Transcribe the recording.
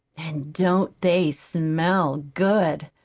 and don't they smell good!